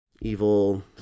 evil